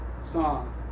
song